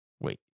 wait